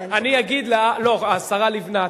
השרה לבנת,